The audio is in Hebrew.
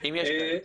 אם יש כאלה.